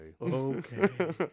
okay